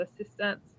Assistance